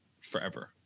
forever